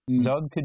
Doug